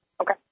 Okay